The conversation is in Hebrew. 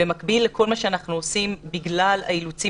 במקביל לכל מה שאנחנו עושים בגלל האילוצים